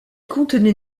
contenait